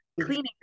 cleaning